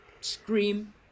scream